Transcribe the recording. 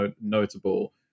notable